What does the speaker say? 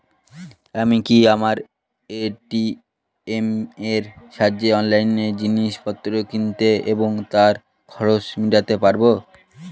আমি কি আমার এ.টি.এম এর সাহায্যে অনলাইন জিনিসপত্র কিনতে এবং তার খরচ মেটাতে পারব?